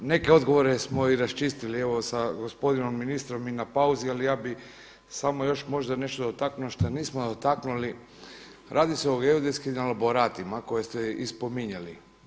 Neke odgovore smo i raščistili evo sa gospodinom ministrom i na pauzi ali ja bih samo možda još nešto dotaknuo što nismo dotaknuli, radi se o geodetskim elaboratima koje ste i spominjali.